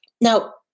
Now